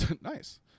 Nice